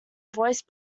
voice